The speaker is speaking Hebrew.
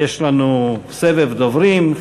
יש לנו סבב דוברים,